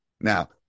now